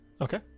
Okay